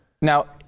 Now